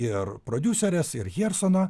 ir prodiuserės ir hjersono